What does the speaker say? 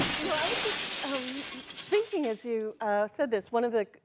you know, i was just thinking, as you said this, one of the,